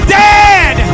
dead